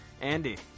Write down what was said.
Andy